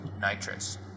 nitrous